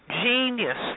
genius